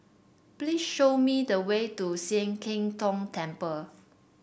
please show me the way to Sian Keng Tong Temple